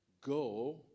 Go